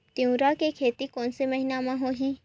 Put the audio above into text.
तीवरा के खेती कोन से महिना म होही?